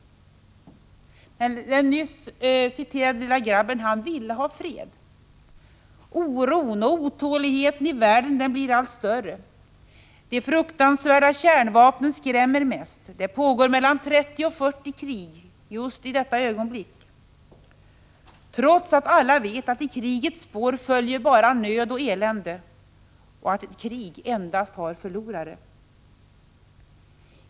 Den nyss citerade lille grabben ville ha fred. Oron och otåligheten i världen blir allt större. De fruktansvärda kärnvapnen skrämmer mest. Det pågår mellan 30 och 40 krig just i detta ögonblick, trots att alla vet att det i krigets spår bara följer nöd och elände och att ett krig endast har förlorare.